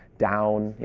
down. you